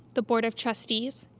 the board of trustees,